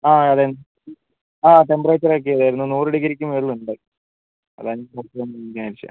ആ അതെ ആ ടെമ്പറേച്ചർ ചെക്ക് ചെയ്തിരുന്നു നൂറ് ഡിഗ്രിക്ക് മുകളിൽ ഉണ്ടായി അതാണ് ഡോക്ടറെ ഒന്ന് വിളിക്കാമെന്ന് വിചാരിച്ചത്